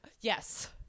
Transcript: Yes